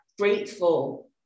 grateful